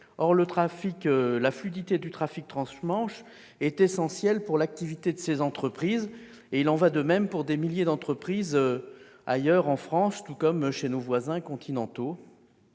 Or la fluidité du trafic transmanche est essentielle pour l'activité de ces entreprises, et il en va de même pour des milliers d'entreprises ailleurs en France, tout comme chez nos voisins continentaux.